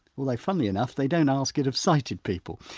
like funnily enough, they don't ask it of sighted people.